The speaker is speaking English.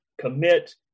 commit